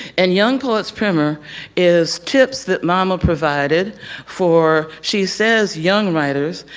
and young poets primer is tips that mama provided for, she says young writers,